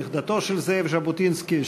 נכדתו של זאב ז'בוטינסקי,